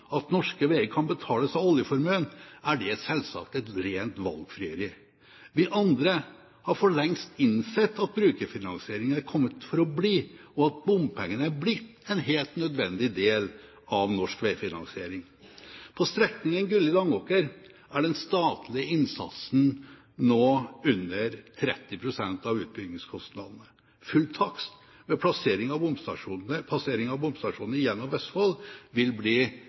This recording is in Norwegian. at norske veier kan betales av oljeformuen, er det selvsagt et rent valgfrieri. Vi andre har for lengst innsett at brukerfinansieringen er kommet for å bli, og at bompengene er blitt en helt nødvendig del av norsk veifinansiering. På strekningen Gulli–Langåker er den statlige innsatsen nå under 30 pst. av utbyggingskostnadene. Full takst ved passering av bomstasjonene gjennom Vestfold vil bli